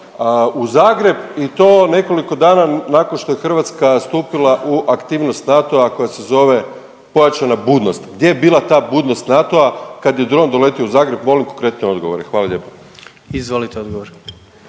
u Zagreb i to nekoliko dana nakon što je Hrvatska stupila u aktivnost NATO-a koja se zove pojačana budnost, gdje je bila ta budnost NATO-a kad je dron doletio u Zagreb? Molim konkretne odgovore, hvala lijepa. **Jandroković,